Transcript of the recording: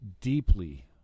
deeply